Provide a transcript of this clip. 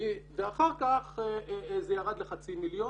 ואחר כך זה ירד לחצי מיליון,